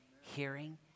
Hearing